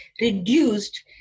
reduced